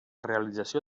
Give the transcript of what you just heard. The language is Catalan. realització